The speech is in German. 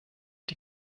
die